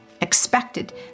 expected